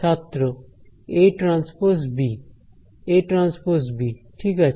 ছাত্র aT b aT b ঠিক আছে